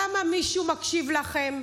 למה מישהו מקשיב לכם?